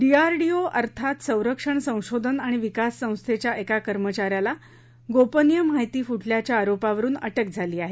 DRDO अर्थात संरक्षण संशोधन आणि विकास संस्थेच्या नागप्रातल्या एका कर्मचाऱ्याला गोपनीय माहिती फुटल्याच्या आरोपावरून अटक झाली आहे